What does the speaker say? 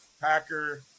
Packer